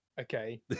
Okay